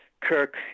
Kirk